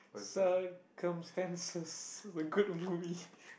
circumstances the good movie